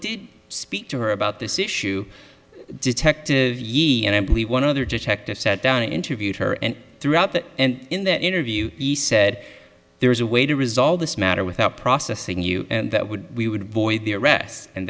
did speak to her about this issue detectives and i believe one other detective sat down and interviewed her and throughout that and in that interview he said there is a way to resolve this matter without processing you and that would we would void the